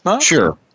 Sure